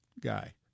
guy